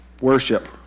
Worship